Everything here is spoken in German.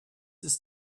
ist